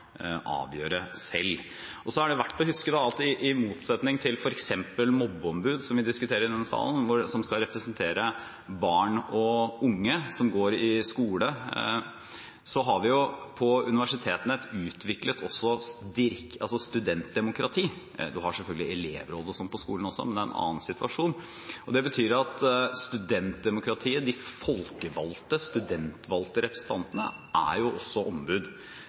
avgjøre selv. Det er verdt å huske at i motsetning til f.eks. mobbeombud, som vi diskuterer i denne salen, som skal representere barn og unge som går i skole, har manpå universitetene et utviklet studentdemokrati. Man har selvfølgelig elevråd og slikt på skolen også, men det er en annen situasjon. Det betyr at studentdemokratiet, de folkevalgte, studentvalgte representantene, også er ombud.